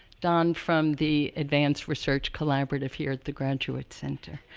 don, from the advanced research collaborative here at the graduate center.